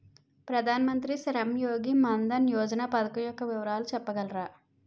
ప్రధాన మంత్రి శ్రమ్ యోగి మన్ధన్ యోజన పథకం యెక్క వివరాలు చెప్పగలరా?